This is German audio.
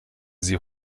sie